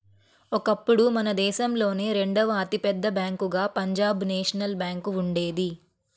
ఒకప్పుడు మన దేశంలోనే రెండవ అతి పెద్ద బ్యేంకుగా పంజాబ్ నేషనల్ బ్యేంకు ఉండేది